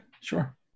sure